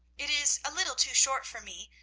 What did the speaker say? it is a little too short for me,